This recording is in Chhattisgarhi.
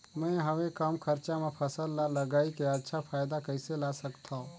मैं हवे कम खरचा मा फसल ला लगई के अच्छा फायदा कइसे ला सकथव?